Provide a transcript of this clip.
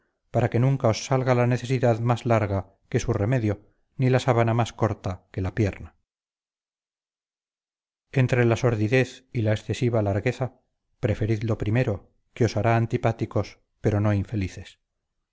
para que nunca os salga la necesidad más larga que su remedio ni la sábana más corta que la pierna entre la sordidez y la excesiva largueza preferid lo primero que os hará antipáticos pero no infelices